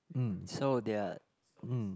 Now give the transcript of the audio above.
mm so they are mm